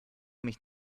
mich